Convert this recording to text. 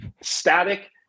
Static